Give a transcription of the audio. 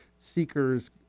seekers